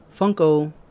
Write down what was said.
Funko